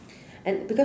and because